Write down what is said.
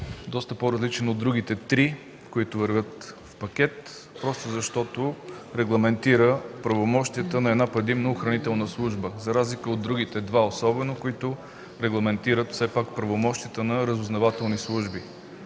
доста по-различен от другите три, които вървят в пакет, просто защото регламентира правомощията на една предимно охранителна служба, особено за разлика от другите два, които регламентират правомощията на разузнавателни служби.